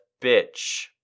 bitch